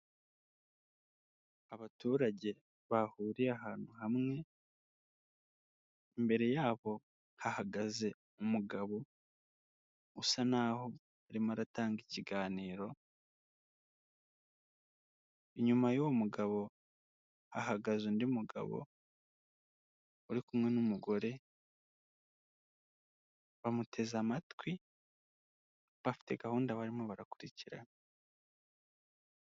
Abaturage bahuriye ahantu hamwe imbere yabo hahagaze umugabo usa naho arimo aratanga ikiganiro, inyuma y'uwo mugabo hahagaze undi mugabo uri kumwe n'umugore bamuteze amatwi, bafite gahunda barimo barakurikirana.